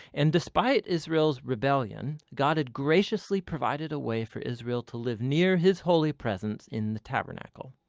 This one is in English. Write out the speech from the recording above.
and despite israel's rebellion, god had graciously provided a way for israel to live near his holy presence in the tabernacle.